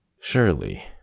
Surely